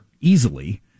easily